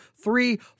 three